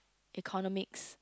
economics